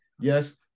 Yes